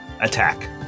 attack